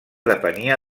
depenia